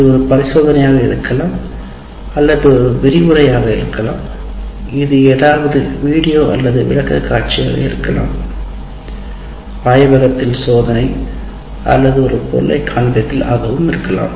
இது ஒரு பரிசோதனையாக இருக்கலாம் அல்லது ஒரு விரிவுரையாகஇருக்கலாம் இது ஏதாவது வீடியோ அல்லது விளக்கக்காட்சியாக இருக்கலாம் ஆய்வகத்தில் சோதனை அல்லது ஒரு பொருளைக் காண்பித்தல் ஆகவும் இருக்கலாம்